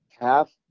half